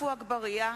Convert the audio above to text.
עפו אגבאריה,